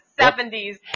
70s